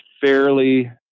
fairly